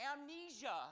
amnesia